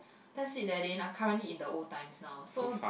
that's it they are currently in the old times now so